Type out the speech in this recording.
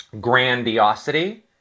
grandiosity